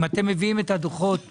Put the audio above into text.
אם אתם מביאים את הדוחות היום,